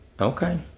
Okay